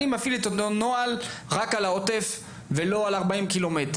אני מפעיל עכשיו את אותו נוהל רק על העוטף ולא על 40 הקילומטרים.